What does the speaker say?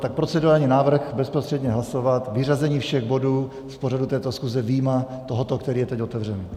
Tak procedurální návrh bezprostředně hlasovat o vyřazení všech bodů z pořadu této schůze vyjma tohoto, který je teď otevřen.